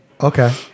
okay